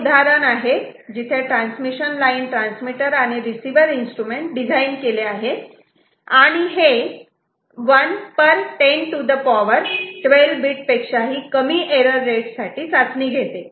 हे उदाहरण आहे जिथे ट्रान्समिशन लाईन ट्रान्समिटर आणि रिसीवर इंस्ट्रूमेंट डिझाईन केले आहे आणि हे 1 10 to the पॉवर 12 बीट पेक्षाही कमी एरर रेट साठी चाचणी घेते